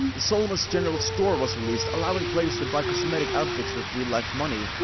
the solomon's general store was released, allowing players to buy cosmetic outfits with real life money,